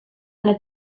ala